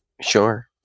Sure